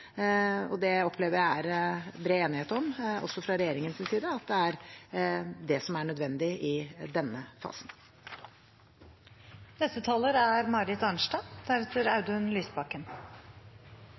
opplever at det er bred enighet om – også fra regjeringens side – at det er det som er nødvendig i denne